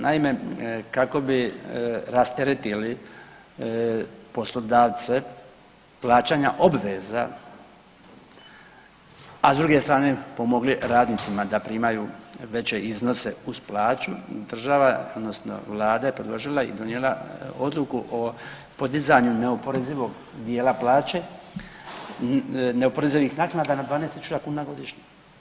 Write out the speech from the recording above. Naime, kako bi rasteretili poslodavce plaćanja obveza, a s druge strane pomogli radnicima da primaju veće iznose uz plaću, država odnosno vlada je predložila i donijela odluku o podizanju neoporezivog dijela plaće, neoporezivih naknada na 12.000 kuna godišnje.